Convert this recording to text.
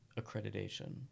accreditation